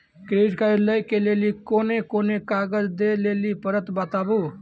Credit card लै के लेली कोने कोने कागज दे लेली पड़त बताबू?